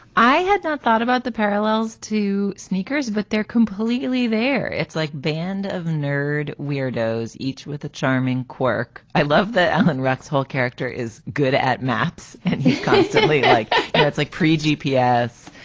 i had not thought about the parallels to sneakers, but they're completely there. it's like band of nerd weirdos, each with a charming quirk i love that alan rock's whole character is good at maps and he's constantly like and it's like pre g p s.